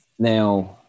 Now